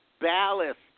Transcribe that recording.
ballast